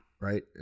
Right